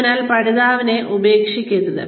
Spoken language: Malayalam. അതിനാൽ പഠിതാവിനെ ഉപേക്ഷിക്കരുത്